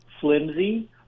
flimsy